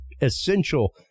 essential